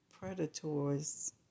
Predators